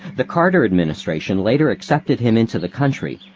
the carter administration later accepted him into the country,